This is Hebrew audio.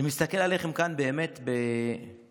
אני מסתכל עליכם כאן באמת בהשתאות,